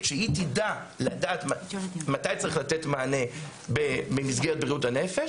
שהיא תדע מתי צריך לתת מענה במסגרת בריאות הנפש,